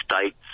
states